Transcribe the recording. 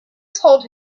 told